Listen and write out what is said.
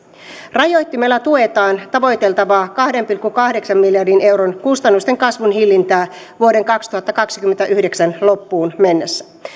rajoittimella tuetaan tavoiteltavaa kahden pilkku kahdeksan miljardin euron kustannusten kasvun hillintää vuoden kaksituhattakaksikymmentäyhdeksän loppuun mennessä